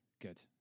Good